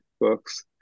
books